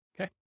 Okay